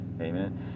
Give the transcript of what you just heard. Amen